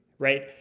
right